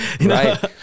Right